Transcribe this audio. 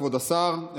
כבוד השר,